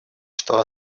что